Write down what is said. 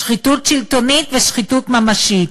שחיתות שלטונית ושחיתות ממשית.